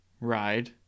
ride